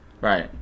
Right